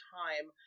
time